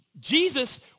Jesus